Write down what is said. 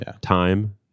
Time